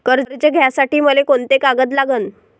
कर्ज घ्यासाठी मले कोंते कागद लागन?